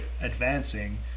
advancing